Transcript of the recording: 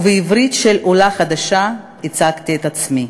ובעברית של עולה חדשה הצגתי את עצמי.